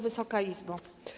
Wysoka Izbo!